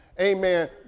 amen